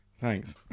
Thanks